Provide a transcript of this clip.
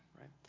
right